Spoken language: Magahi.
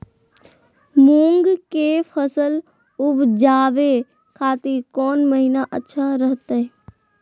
मूंग के फसल उवजावे खातिर कौन महीना अच्छा रहतय?